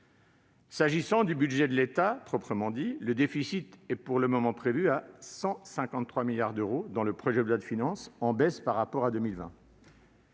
S'agissant du budget de l'État proprement dit, le déficit est pour le moment prévu à 153 milliards d'euros dans le projet de loi de finances, en baisse par rapport à 2020.